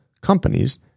companies